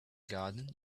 garden